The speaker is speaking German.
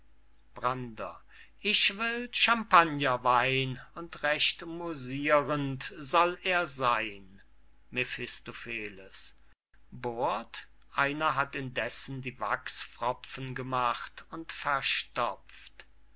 brander ich will champagner wein und recht mussirend soll er seyn mephistopheles bohrt einer hat indessen die wachspropfen gemacht und verstopft